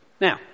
Now